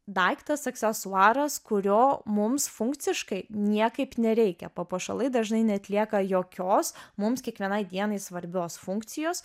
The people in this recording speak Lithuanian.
daiktas aksesuaras kurio mums funkciškai niekaip nereikia papuošalai dažnai neatlieka jokios mums kiekvienai dienai svarbios funkcijos